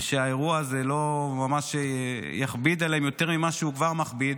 ושהאירוע הזה לא ממש יכביד עליהם יותר ממה שהוא כבר מכביד,